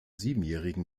siebenjährigen